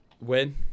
Win